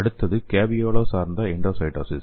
அடுத்தது கேவியோலா சார்ந்த எண்டோசைட்டோசிஸ்